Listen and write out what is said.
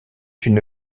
une